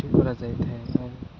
ଛୁଟି କରା ଯାଇଥାଏ ଆଉ